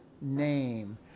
name